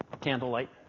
Candlelight